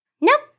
Nope